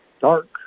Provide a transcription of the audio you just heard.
dark